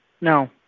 No